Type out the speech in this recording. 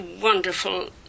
wonderful